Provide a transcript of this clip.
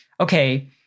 okay